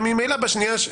וממילא בשנייה,